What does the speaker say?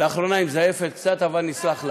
לאחרונה היא מזייפת קצת, אבל נסלח לה.